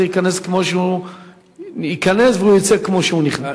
ייכנס כמו שהוא ייכנס ויצא כמו שהוא נכנס.